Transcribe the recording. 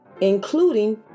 including